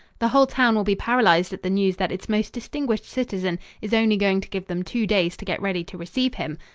the whole town will be paralysed at the news that its most distinguished citizen is only going to give them two days to get ready to receive him.